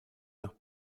nach